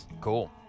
Cool